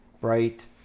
bright